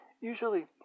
usually